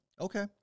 Okay